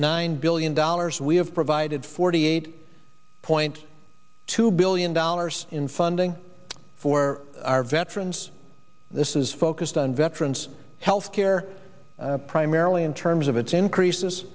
nine billion dollars we have provided for eight point two billion dollars in funding for our veterans this is focused on veterans health care primarily in terms of its increases